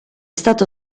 stato